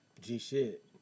G-Shit